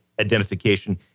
identification